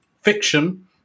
fiction